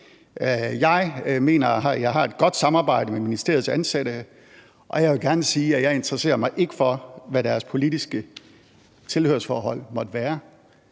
Jeg mener, at jeg har et godt samarbejde med ministeriets ansatte, og jeg vil gerne sige, at jeg ikke interesserer mig for, hvad deres politiske tilhørsforhold måtte være.